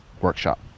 workshop